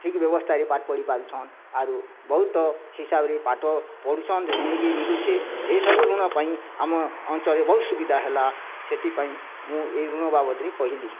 ଠିକ୍ ବ୍ୟବସ୍ଥାରେ ପାଠ ପଢ଼ି ପାରୁଛନ୍ ଆରୁ ବହୁତ ହିସାବରେ ପାଠ ପଢ଼ୁଛନ୍ ଋଣ ବି ମିଳୁଛେ ଏହିସବୁ ଋଣ ପାଇଁ ଆମ ଅଞ୍ଚଳରେ ବହୁତ ସୁବିଧା ହେଲା ସେଇଥିପାଇଁ ମୁଁ ଏ ଋଣ ବାବଦରେ କହିଲି